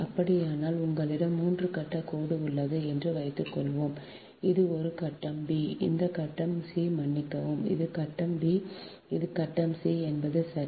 அப்படியானால் உங்களிடம் 3 கட்டக் கோடு உள்ளது என்று வைத்துக்கொள்வோம் இது ஒரு கட்டம் b இது கட்டம் c மன்னிக்கவும் இது கட்டம் b இது கட்டம் c என்பது சரி